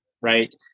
right